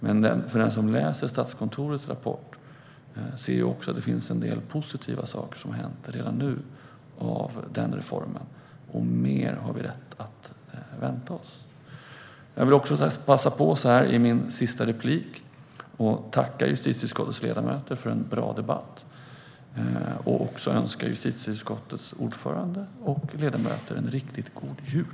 Men den som läser Statskontorets rapport ser också att det tack vare den reformen har hänt en del positiva saker redan nu, och vi har rätt att vänta oss mer. Jag vill också i min sista replik passa på att tacka justitieutskottets ledamöter för en bra debatt och önska justitieutskottets ordförande och ledamöter en riktigt god jul!